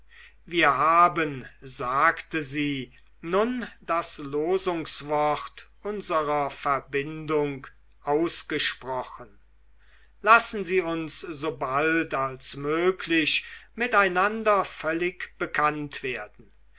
wir haben sagte sie nun das losungswort unserer verbindung ausgesprochen lassen sie uns so bald als möglich miteinander völlig bekannt werden